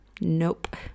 Nope